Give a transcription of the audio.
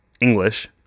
English